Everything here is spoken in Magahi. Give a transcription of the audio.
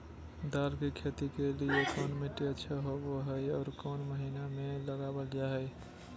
दाल की खेती के लिए कौन मिट्टी अच्छा होबो हाय और कौन महीना में लगाबल जा हाय?